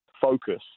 focus